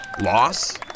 Loss